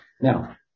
Now